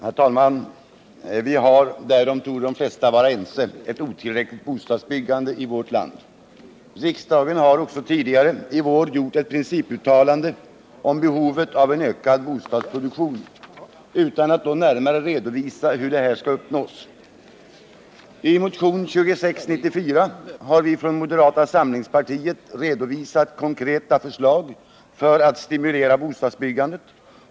Herr talman! Vi har — därom torde de flesta vara ense — ett otillräckligt bostadsbyggande i vårt land. Riksdagen har också tidigare i vår gjort ett principuttalande om behovet av en ökad bostadsproduktion, utan att då närmare redovisa hur detta skall uppnås. I motionen 2694 har vi från moderata samlingspartiet redovisat konkreta förslag för att stimulera bostadsbyggandet.